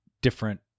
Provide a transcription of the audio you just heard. different